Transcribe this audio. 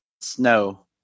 Snow